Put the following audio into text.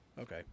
Okay